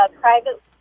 private